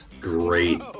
great